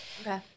okay